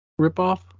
ripoff